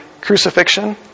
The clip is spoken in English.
crucifixion